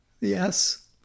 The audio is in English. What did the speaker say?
Yes